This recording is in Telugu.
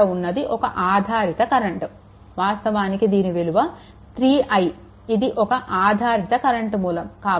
ఇక్కడ ఉన్నది ఒక ఆధారిత కరెంట్ వాస్తవానికి దీని విలువ 3I ఇది ఒక ఆధారిత కరెంట్ మూలం